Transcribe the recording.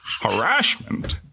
Harassment